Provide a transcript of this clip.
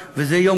זה כל כך מורכב.